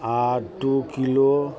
आओर दुइ किलो